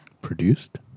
Produced